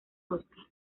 óscar